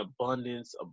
abundance